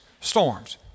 storms